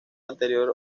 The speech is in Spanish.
anterior